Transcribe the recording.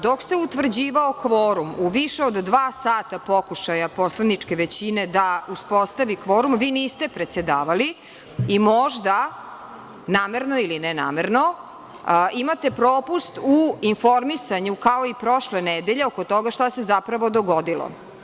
Dok se utvrđivao kvorum, u više od dva sata pokušaja poslaničke većine da uspostavi kvorum, vi niste predsedavali, i možda, namerno ili ne namerno, imate propust u informisanju, kao i prošle nedelje, šta se zapravo dogodilo.